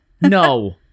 No